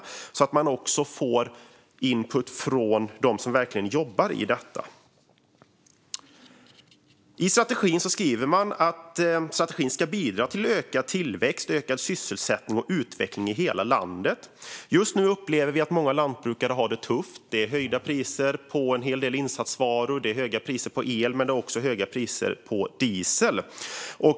Det handlar om att man ska få input från dem som verkligen jobbar med detta. I strategin skriver man att strategin ska bidra till ökad tillväxt, ökad sysselsättning och utveckling i hela landet. Just nu upplever vi att många lantbrukare har det tufft. Det är höjda priser på en hel del insatsvaror. Det är höga priser på el, men det är också höga priser på diesel.